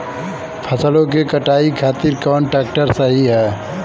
फसलों के कटाई खातिर कौन ट्रैक्टर सही ह?